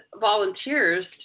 volunteers